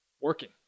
Working